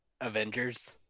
Avengers